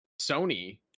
Sony